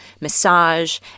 massage